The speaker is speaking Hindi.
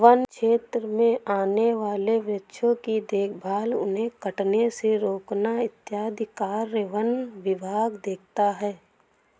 वन्य क्षेत्र में आने वाले वृक्षों की देखभाल उन्हें कटने से रोकना इत्यादि कार्य वन विभाग देखता है